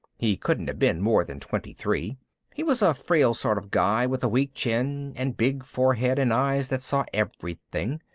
he couldn't have been more than twenty-three. he was a frail sort of guy with a weak chin and big forehead and eyes that saw everything.